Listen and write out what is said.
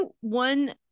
one